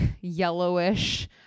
yellowish